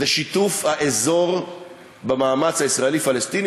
שיתוף האזור במאמץ הישראלי-פלסטיני.